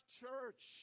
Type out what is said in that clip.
church